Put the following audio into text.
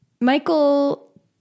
Michael